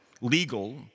legal